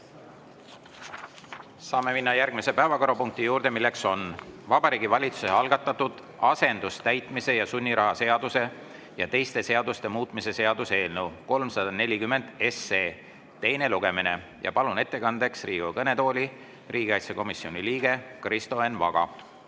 Saame minna järgmise päevakorrapunkti juurde. See on Vabariigi Valitsuse algatatud asendustäitmise ja sunniraha seaduse ja teiste seaduste muutmise seaduse eelnõu 340 teine lugemine. Palun ettekandjaks Riigikogu kõnetooli riigikaitsekomisjoni liikme Kristo Enn Vaga.